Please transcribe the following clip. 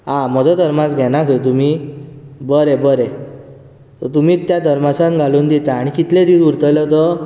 आं म्हजो थर्मास घेना खंय तुमी बरें बरें तर तुमीत त्या थर्मासान घालून दिता आनी कितलें दीस उरलो तो